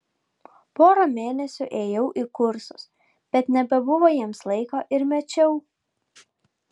porą mėnesių ėjau į kursus bet nebebuvo jiems laiko ir mečiau